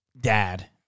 dad